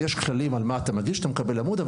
שיש כללים על מה אתה מגיש אתה מקבל עמוד,